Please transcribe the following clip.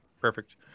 perfect